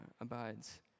abides